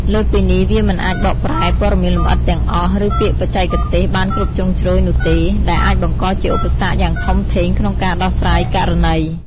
លើសពីនេះវាមិនអាចបកប្រែ ព័ត៌មានលម្អិតទាំងអស់ ឬពាក្យបច្ចេកទេសបានគ្រប់ជ្រុងជ្រោយនោះទេ ដែលអាចបង្កជាឧបសគ្គយ៉ាងធំធេងក្នុងការដោះស្រាយករណី។